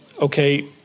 okay